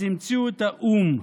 אז המציאו את האום,